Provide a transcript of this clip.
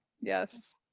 Yes